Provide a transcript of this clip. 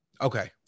Okay